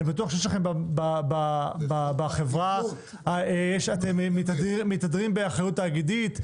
אני בטוח שבחברה אתם מתהדרים באחריות תאגידית,